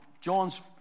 John's